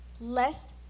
lest